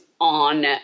on